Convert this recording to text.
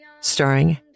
starring